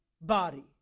body